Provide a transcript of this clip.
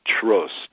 trust